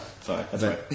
Sorry